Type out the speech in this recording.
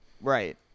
Right